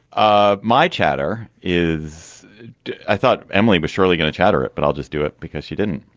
ah my chatter is i thought emily was surely going to chatter it but i'll just do it because she didn't.